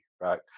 right